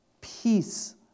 peace